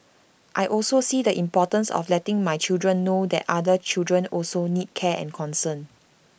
I also see the importance of letting my children know that other children also need care and concern